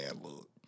look